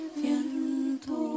viento